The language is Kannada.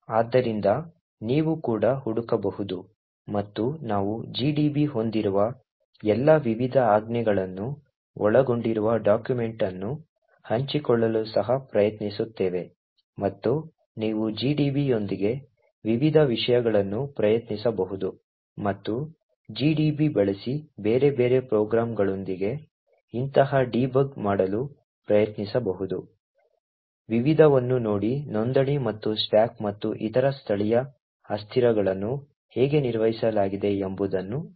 ಆದ್ದರಿಂದ ನೀವು ಕೂಡ ಹುಡುಕಬಹುದು ಮತ್ತು ನಾವು gdb ಹೊಂದಿರುವ ಎಲ್ಲಾ ವಿವಿಧ ಆಜ್ಞೆಗಳನ್ನು ಒಳಗೊಂಡಿರುವ ಡಾಕ್ಯುಮೆಂಟ್ ಅನ್ನು ಹಂಚಿಕೊಳ್ಳಲು ಸಹ ಪ್ರಯತ್ನಿಸುತ್ತೇವೆ ಮತ್ತು ನೀವು gdb ಯೊಂದಿಗೆ ವಿವಿಧ ವಿಷಯಗಳನ್ನು ಪ್ರಯತ್ನಿಸಬಹುದು ಮತ್ತು gdb ಬಳಸಿ ಬೇರೆ ಬೇರೆ ಪ್ರೋಗ್ರಾಂಗಳೊಂದಿಗೆ ಇಂತಹ ಡೀಬಗ್ ಮಾಡಲು ಪ್ರಯತ್ನಿಸಬಹುದು ವಿವಿಧವನ್ನು ನೋಡಿ ನೋಂದಣಿ ಮತ್ತು ಸ್ಟಾಕ್ ಮತ್ತು ಇತರ ಸ್ಥಳೀಯ ಅಸ್ಥಿರಗಳನ್ನು ಹೇಗೆ ನಿರ್ವಹಿಸಲಾಗಿದೆ ಎಂಬುದನ್ನು ನೋಡಿ